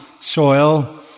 soil